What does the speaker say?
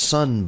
Sun